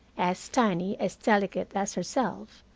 as tiny, as delicate as herself,